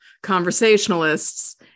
conversationalists